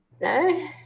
No